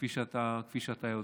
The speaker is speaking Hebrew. כפי שאתה יודע.